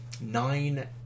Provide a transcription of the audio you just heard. nine